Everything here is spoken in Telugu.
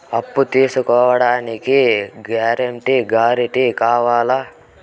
అప్పును తీసుకోడానికి గ్యారంటీ, షూరిటీ సభ్యులు కావాలా?